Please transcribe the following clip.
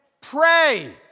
pray